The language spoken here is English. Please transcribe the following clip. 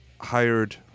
hired